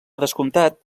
descomptat